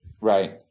right